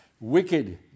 Wicked